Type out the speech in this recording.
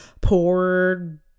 poor